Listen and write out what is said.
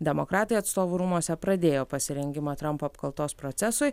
demokratai atstovų rūmuose pradėjo pasirengimą trampo apkaltos procesui